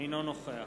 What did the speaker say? אינו נוכח